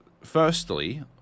Firstly